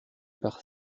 par